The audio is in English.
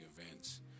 events